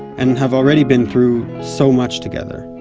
and have already been through so much together.